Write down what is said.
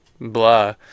blah